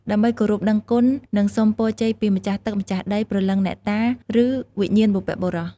ដើម្បីគោរពដឹងគុណ និងសុំពរជ័យពីម្ចាស់ទឹកម្ចាស់ដី ព្រលឹងអ្នកតា ឬវិញ្ញាណបុព្វបុរស។